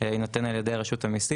יינתן על ידי רשות המיסים.